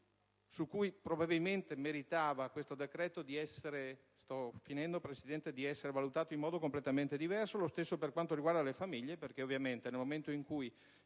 su cui probabilmente questo decreto meritava di essere valutato in modo completamente diverso. Lo stesso per quanto riguarda le famiglie, perché, ovviamente, nel momento in cui